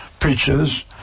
preachers